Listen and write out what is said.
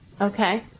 Okay